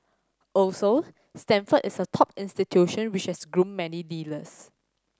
also Stanford is a top institution which has groomed many leaders